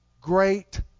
great